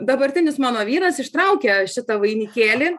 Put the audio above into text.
dabartinis mano vyras ištraukė šitą vainikėlį